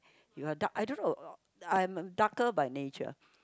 you are dark I don't know I am darker by nature